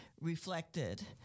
reflected